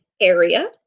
area